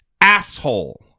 asshole